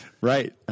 Right